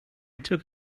took